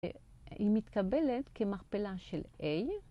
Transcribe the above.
היא מתקבלת כמכפלה של A.